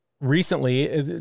recently